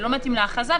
זה לא מתאים להכרזה,